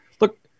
look